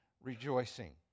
rejoicing